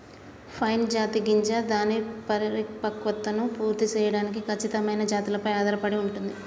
pine జాతి గింజ దాని పరిపక్వతను పూర్తి సేయడానికి ఖచ్చితమైన జాతులపై ఆధారపడి ఉంటుంది